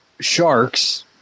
sharks